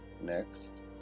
Next